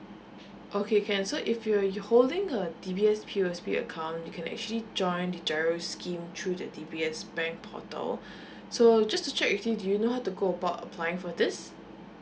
okay can so if you were you holding a D_B_S P_O_S_B account you can actually join the GIRO scheme through the D_B_S bank portal so just to check with you do you know how to go about applying for this